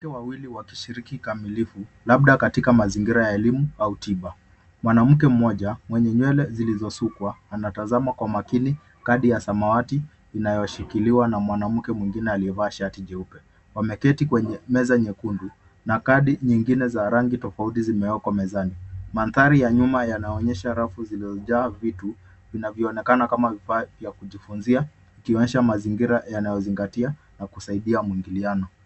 Wanawake wawili wakishiriki kamilifi labda katika mazingira ya elimu au tiba mwanamke mmoja mwenye nywele zilizosukwa anatazamwa kwa makini kadi ya samawati inayoshikiliwa na mwanamke mwingine aliyevaa shati jeupe wameketi kwenye meza nyekundu na kadi nyingine za rangi tofauti zimewekwa mezani mandhari ya nyuma yanaonyesha rafu zilizojaa vitu vinavyoonekana kama vifaa vya kujifunzia ikionyesha mazingira yanayozingatia na kusaidia mwingiliano.